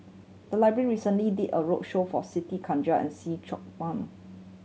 the library recently did a roadshow for Siti Khalijah and See Chak Mun